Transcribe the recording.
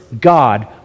God